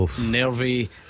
Nervy